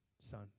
son